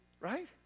Right